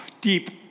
deep